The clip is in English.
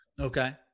Okay